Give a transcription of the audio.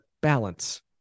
balance